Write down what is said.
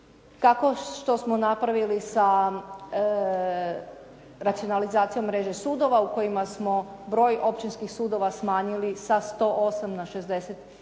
tako što smo napravili sa racionalizacijom mreže sudova u kojima smo broj općinskih sudova smanjili sa 108 na 67,